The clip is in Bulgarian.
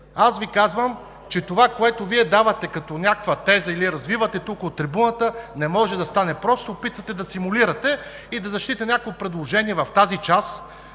Аз Ви казвам, че това, което Вие давате като някаква теза или развивате тук от трибуната, не може да стане, просто се опитвате да симулирате и да защитите някакво предложение в тази част,